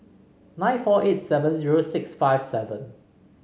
nine four eight seven zero six fifty seven